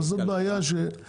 אבל זאת בעיה שהיא ספציפית.